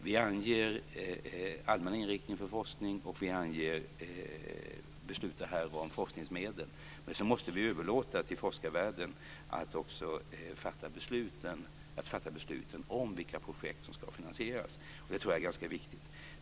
Vi anger allmän inriktning för forskning och vi beslutar här om forskningsmedel, men sedan måste vi överlåta till forskarvärlden att fatta beslut om vilka projekt som ska finansieras, och det tror jag är ganska viktigt.